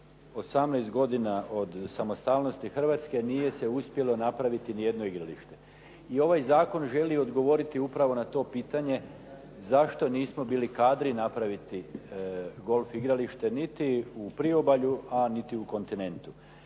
18 godina od samostalnosti Hrvatske nije se uspjelo napraviti nijedno igralište i ovaj zakon želi odgovoriti upravo na to pitanje zašto nismo bili kadri napraviti golf igralište niti u priobalju a niti u kontinentu.